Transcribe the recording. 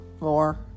more